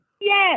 Yes